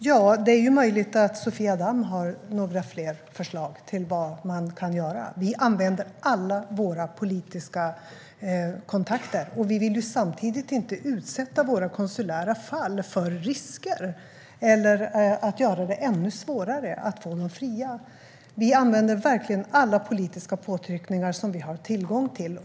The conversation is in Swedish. Herr talman! Det är möjligt att Sofia Damm har fler förslag på vad man kan göra. Vi använder alla våra politiska kontakter, men samtidigt vill vi inte utsätta våra konsulära fall för risker eller göra det ännu svårare att få dem fria. Vi använder alla politiska påtryckningar som vi har tillgång till.